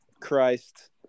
christ